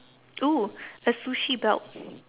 oo a sushi belt